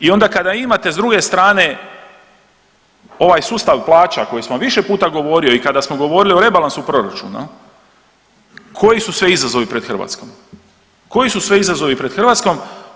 I onda kada imate s druge strane ovaj sustav plaća koji smo više puta govorio i kada smo govorili o rebalansu proračuna jel koji su sve izazovi pred Hrvatskom, koji su sve izazovi pred Hrvatskom.